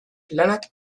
planak